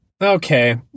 Okay